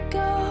go